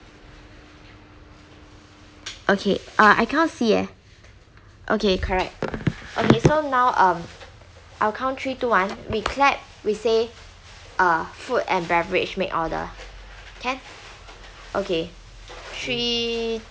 okay uh I cannot see eh okay correct okay so now um I'll count three two one we clap we say uh food and beverage make order can okay three